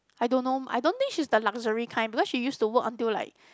I don't know I don't think she's the luxury kind because she used to work until like